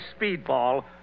speedball